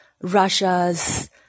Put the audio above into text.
Russia's